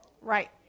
Right